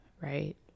right